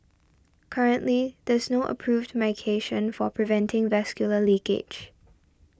currently there is no approved to medication for preventing vascular leakage